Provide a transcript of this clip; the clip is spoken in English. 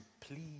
please